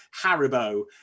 Haribo